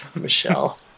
michelle